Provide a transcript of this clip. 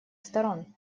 сторон